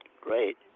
great